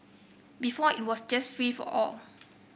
before it was just free for all